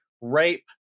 rape